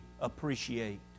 appreciate